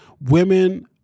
women